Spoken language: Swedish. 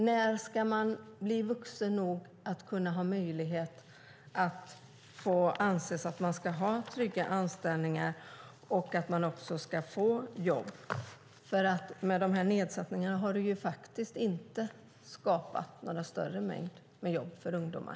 När ska man bli vuxen nog att ha möjlighet till trygga anställningar? De här nedsättningarna har inte skapat någon större mängd jobb för ungdomar.